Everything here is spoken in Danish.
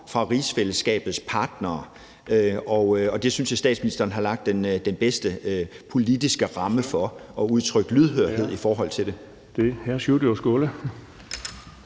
fra rigsfællesskabets partnere, og det synes jeg at statsministeren har lagt den bedste politiske ramme for og udtrykt lydhørhed i forhold til.